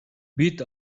бид